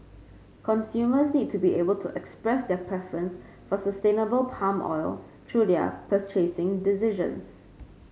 consumers need to be able to express their preference for sustainable palm oil through their purchasing decisions